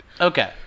Okay